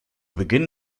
beginn